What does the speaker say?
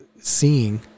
Seeing